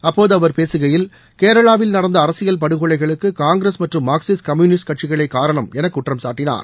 அப்போது அவர் பேசுகையில் கேரளாவில் நடந்த அரசியல் படுகொலைகளுக்கு காங்கிரஸ் மற்றும் மாாக்சிஸ்ட் கம்யூனிஸ்ட் கட்சிகளே காரணம் என குற்றம்சாட்டினார்